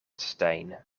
stijn